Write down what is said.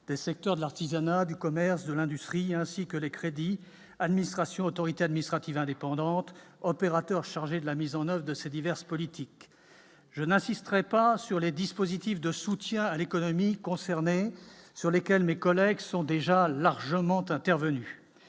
des secteurs de l'artisanat, du commerce, de l'industrie ainsi que les crédits Administration, autorité administrative indépendante, opérateur chargé de la mise en oeuvre de ces diverses politiques je n'insisterai pas sur les dispositifs de soutien à l'économie concernés sur lesquels, mes collègues sont déjà largement intervenus,